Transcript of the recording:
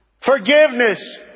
Forgiveness